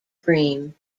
bream